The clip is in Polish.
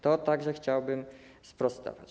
To także chciałbym sprostować.